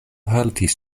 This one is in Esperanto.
haltis